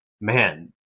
man